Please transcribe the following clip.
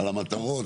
על המטרות,